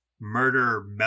murder